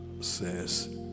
says